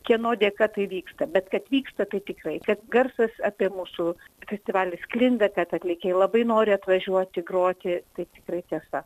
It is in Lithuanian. kieno dėka tai vyksta bet kad vyksta tai tiktai kad garsas apie mūsų festivalį sklinda kad atlikėjai labai nori atvažiuoti groti tai tikrai tiesa